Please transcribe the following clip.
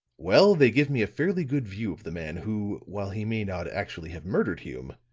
well, they give me a fairly good view of the man who, while he may not actually have murdered hume,